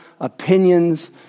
opinions